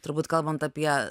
turbūt kalbant apie